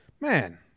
man